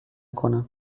کنم